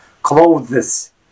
Clothes